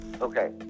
Okay